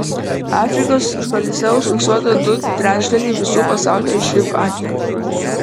afrikos šalyse užfiksuota du trečdaliai visų pasaulio živ atvejų